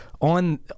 on